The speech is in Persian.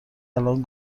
الان